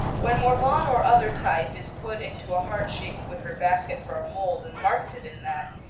when morvan or other type is put into a heart-shaped wicker basket for a mold, and marketed in that,